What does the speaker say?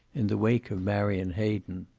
in the wake of marion hayden.